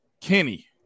Kenny